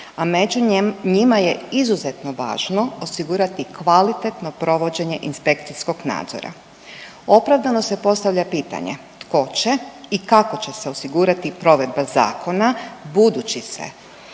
a među njima je izuzetno važno osigurati kvalitetno provođenje inspekcijskog nadzora. Opravdano se postavlja pitanje tko će i kako će se osigurati provedba zakona budući se